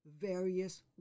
various